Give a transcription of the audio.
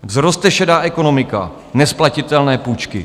Vzroste šedá ekonomika, nesplatitelné půjčky.